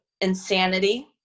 insanity